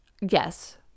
Yes